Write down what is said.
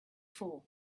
for